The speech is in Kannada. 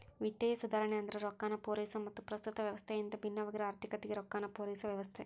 ವಿತ್ತೇಯ ಸುಧಾರಣೆ ಅಂದ್ರ ರೊಕ್ಕಾನ ಪೂರೈಸೊ ಮತ್ತ ಪ್ರಸ್ತುತ ವ್ಯವಸ್ಥೆಯಿಂದ ಭಿನ್ನವಾಗಿರೊ ಆರ್ಥಿಕತೆಗೆ ರೊಕ್ಕಾನ ಪೂರೈಸೊ ವ್ಯವಸ್ಥೆ